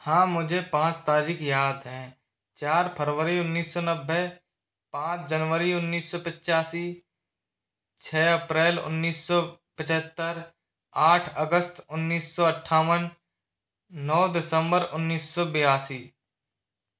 हाँ मुझे पाँच तारीख याद हैं चार फरबरी उन्नीस सौ नब्बे पाँच जनवरी उन्नीस सौ पिच्यासी छः अप्रैल उन्नीस सौ पिछत्तर आठ अगस्त उन्नीस सौ अट्ठावन नौ दिसम्बर उन्नीस सौ बियासी